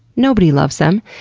nobody loves them.